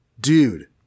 Dude